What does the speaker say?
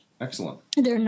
Excellent